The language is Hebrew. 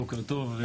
בוקר טוב.